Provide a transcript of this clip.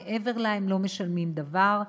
שמעבר לה הם לא משלמים דבר,